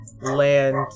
land